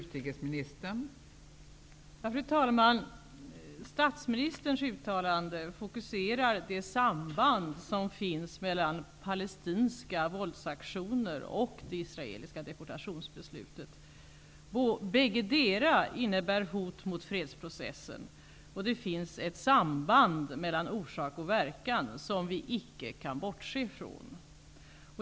Fru talman! Statsministerns uttalande fokuserar det samband som finns mellan palestinska våldsaktioner och det israeliska deportationsbeslutet. Bådadera innebär ett hot mot fredsprocessen. Det finns alltså ett samband mellan orsak och verkan, som vi icke kan bortse ifrån.